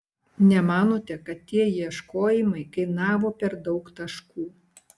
nemanote kad tie ieškojimai kainavo per daug taškų